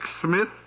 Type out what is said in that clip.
Smith